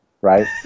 right